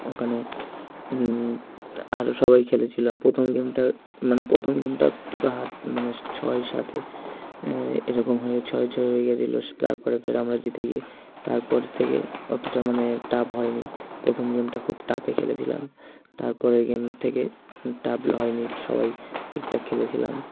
ওখানে আরও সবাই খেলেছিল প্রথম গেমটা মানে প্রথম গেমটা পুরো হাত মানে ছয় সাতে এরকম হয়ে ছয়ে ছয় হয়ে গিয়েছিল তার পরে ফের আমরা জিতে গিয়ে তারপর থেকে অতটা মানে টাফ হয়নি প্রথম গেমটা খুব টাফে খেলেছিলাম তার পরের গেম থেকে ট্রাবল হয়নি সবাই ঠিকঠাক খেলেছিলাম